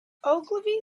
ogilvy